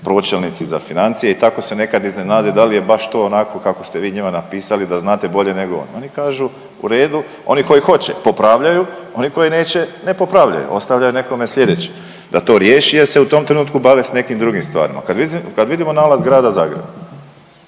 pročelnici za financije i tako se nekad iznenade da li je baš to onako kako ste vi njima napisali da znate bolje nego oni. Oni kažu u redu, oni koji hoće popravljaju, oni koji neće ne popravljaju ostavljaju nekome slijedećem da to riješi jer se u tom trenutku bave s nekim drugim stvarima. Kad vidimo nalaz Grada Zagreba